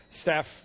staff